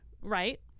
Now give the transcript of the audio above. Right